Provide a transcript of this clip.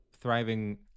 thriving –